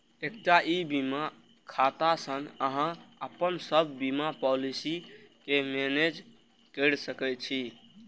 एकटा ई बीमा खाता सं अहां अपन सब बीमा पॉलिसी कें मैनेज कैर सकै छी